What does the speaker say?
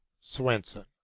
Swenson